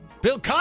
Bill